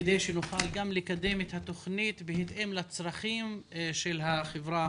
כדי שנוכל גם לקדם את התוכנית בהתאם לצרכים של החברה